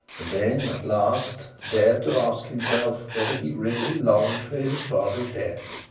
and then at last dared to ask himself whether he really longed for his father's death.